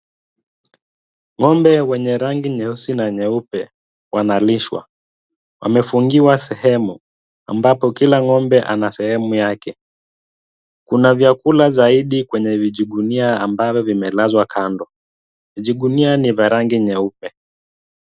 Ng'ombe wenye rangi nyeusi na nyeupe wanalishwa. Wamefungiwa sehemu ambapo kila ng'ombe ana sehemu yake. Kuna vyakula zaidi kwenye vijigunia ambavyo vimelazwa kando. Vijigunia ni vya rangi nyeupe.